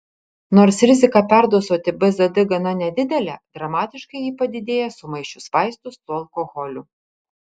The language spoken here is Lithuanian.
nors rizika perdozuoti bzd gana nedidelė dramatiškai ji padidėja sumaišius vaistus su alkoholiu